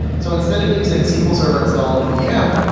so instead of using sql server installed in a vm,